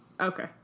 Okay